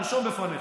תרשום לפניך.